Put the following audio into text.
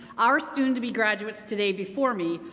our soon to be graduates today before me,